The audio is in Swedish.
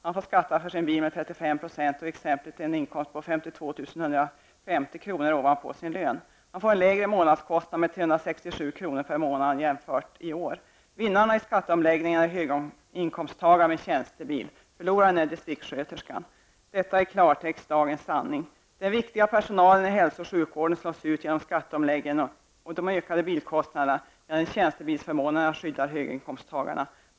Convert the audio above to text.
Han får skatta för sin bil med 35 %, och i exemplet tillkommer en inkomst på 52 150 kr. ovanpå lönen. Han får en lägre månadskostnad med 367 kr. per månad jämfört med i år. Vinnarna efter skatteomläggningen är höginkomsttagare med tjänstebil. Förlorarna är distriktssköterskorna. Det är dagens sanning i klartext. Den viktiga personalen inom hälso och sjukvården slås ut genom skatteomläggningen och de ökade bilkostnaderna. Däremot skyddar tjänstebilsförmånerna höginkomsttagarna.